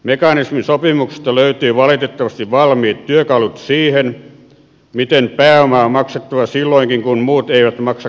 mekanismin sopimuksesta löytyy valitettavasti valmiit työkalut siihen miten pääomaa on maksettava silloinkin kun muut eivät maksakaan omaa osuuttaan